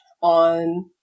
on